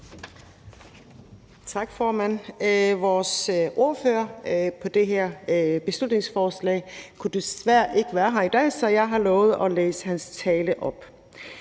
Tak, formand. Vores ordfører på det her beslutningsforslag kunne desværre ikke være her i dag, så jeg har lovet at læse hans tale op.